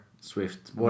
Swift